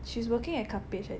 she's working at Cuppage I think